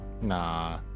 Nah